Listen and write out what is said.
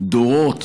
דורות